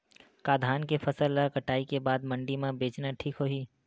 का धान के फसल ल कटाई के बाद मंडी म बेचना ठीक होही?